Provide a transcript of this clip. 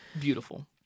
beautiful